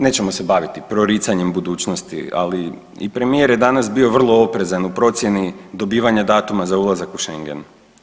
Nećemo se baviti proricanjem budućnosti, ali i premijer je danas bio vrlo oprezan u procijeni dobivanja datuma za ulazak u šengen.